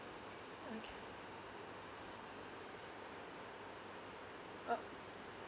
okay oh